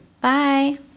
Bye